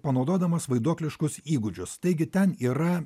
panaudodamas vaiduokliškus įgūdžius taigi ten yra